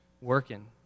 working